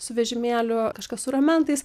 su vežimėliu kažkas su ramentais